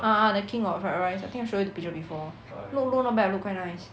ah ah the king of fried rice I think I show you the picture before look look not bad look quite nice